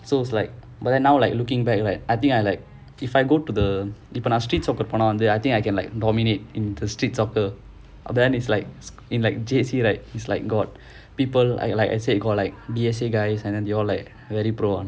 so it's like but then now like looking back like I think I like if I go to the இப்போ நான்:ippo naan street soccer போனாக:ponnaaka I think I can like dominate in the street soccer then it's like in like J_C right it's like got people I like I said got like D_S_A guys and then they all like very professional [one]